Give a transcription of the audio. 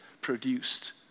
produced